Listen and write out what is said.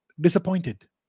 disappointed